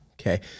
okay